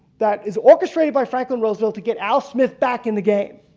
that is orchestrated by franklin roosevelt to get al smith back in the game